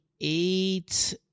eight